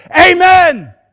Amen